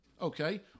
Okay